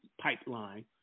pipeline